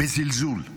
בזלזול.